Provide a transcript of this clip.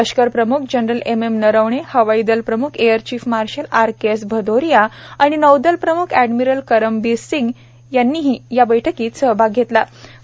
लष्कर प्रम्ख general M M Naravane हवाईदल प्रम्ख air chief marshal R K S Bhadauria आणि नौदल प्रम्ख ऍडमिरल करमबीर सिंग ही बैठकीत सहभागी झाले होते